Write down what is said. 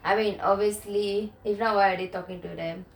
I mean obviously if not why are they talking to them ya them